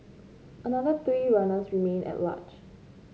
another three runners remain at large